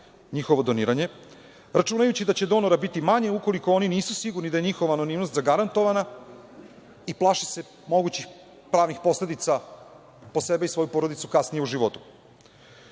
njihovo doniranje, računajući da će donora biti manje ukoliko oni nisu sigurni da je njihova anonimnost zagarantovana i plaše se mogućih pravnih posledica po sebe i svoju porodicu kasnije u životu.